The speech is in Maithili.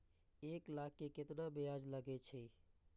एक लाख के केतना ब्याज लगे छै?